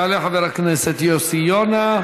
יעלה חבר הכנסת יוסי יונה,